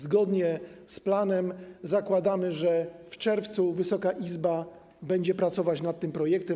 Zgodnie z planem zakładamy, że w czerwcu Wysoka Izba będzie pracować nad tym projektem.